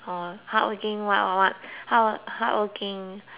what what what hard hardworking hmm